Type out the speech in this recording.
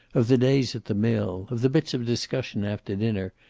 of the days at the mill, of the bits of discussion after dinner,